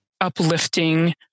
uplifting